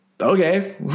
Okay